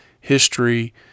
history